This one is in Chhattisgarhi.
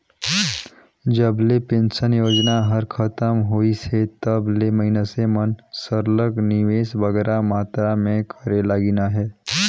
जब ले पेंसन योजना हर खतम होइस हे तब ले मइनसे मन सरलग निवेस बगरा मातरा में करे लगिन अहे